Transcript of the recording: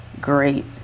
great